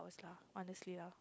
honestly lah